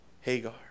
Hagar